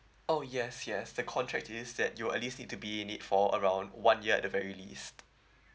oh yes yes the contract is that you'll at least need to be need for around one year at the very least